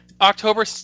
october